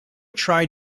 tried